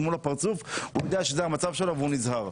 מול הפנים הוא יודע שזה המצב שלו והוא נזהר.